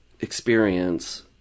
experience